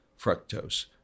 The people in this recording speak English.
fructose